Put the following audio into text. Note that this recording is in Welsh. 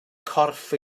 corff